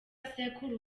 sekuru